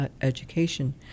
Education